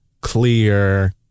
clear